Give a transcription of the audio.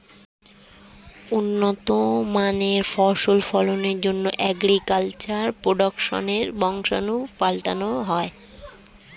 উন্নত মানের ফসল ফলনের জন্যে অ্যাগ্রিকালচার প্রোডাক্টসের বংশাণু পাল্টানো হয়